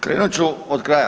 Krenut ću od kraja.